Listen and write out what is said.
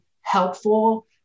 helpful